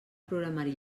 programari